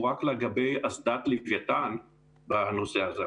הוא רק לגבי אסדת לוויתן בנושא הזה,